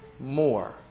More